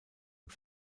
und